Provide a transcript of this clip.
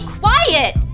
quiet